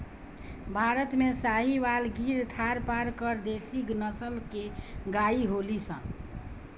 भारत में साहीवाल, गिर, थारपारकर देशी नसल के गाई होलि सन